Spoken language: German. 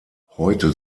heute